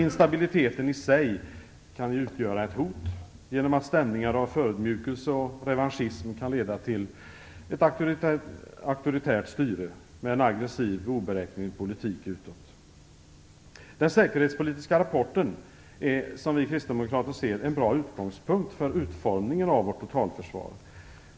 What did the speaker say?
Instabiliteten i sig kan utgöra ett hot genom att stämningar av förödmjukelse och revanschism kan leda till ett auktoritärt styre med en aggressiv och oberäknelig politik utåt. Den säkerhetspolitiska rapporten är, som vi kristdemokrater ser det, en bra utgångspunkt för utformningen av vårt totalförsvar.